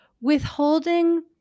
withholding